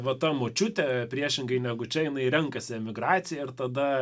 va ta močiutė priešingai negu čia jinai renkasi emigraciją ir tada